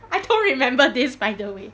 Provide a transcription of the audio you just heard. I don't remember this by the way